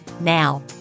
Now